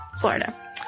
Florida